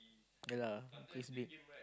yea lah it's big